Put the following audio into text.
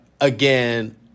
again